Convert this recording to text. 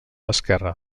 esquerre